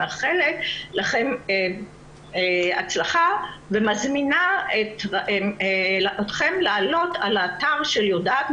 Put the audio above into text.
ומאחלת לכם הצלחה ומזמינה אתכם לעלות על האתר של "יודעת",